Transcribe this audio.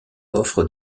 offrent